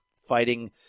fighting